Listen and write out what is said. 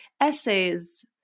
essays